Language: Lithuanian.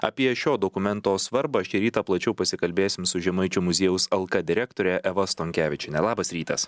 apie šio dokumento svarbą šį rytą plačiau pasikalbėsim su žemaičių muziejaus alka direktore eva stonkevičiene labas rytas